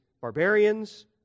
barbarians